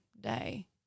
day